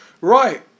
right